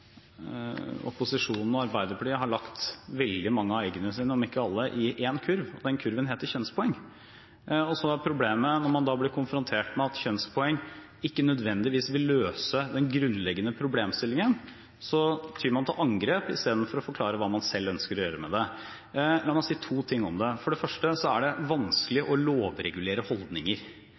opposisjonen og Arbeiderpartiet har lagt veldig mange av eggene sine – om ikke alle – i én kurv, og den kurven heter «kjønnspoeng». Så er problemet, når man blir konfrontert med at kjønnspoeng ikke nødvendigvis vil løse den grunnleggende problemstillingen, at man tyr til angrep istedenfor å forklare hva man selv ønsker å gjøre med det. La meg si to ting om det. For det første er det vanskelig å lovregulere holdninger,